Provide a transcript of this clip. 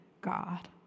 God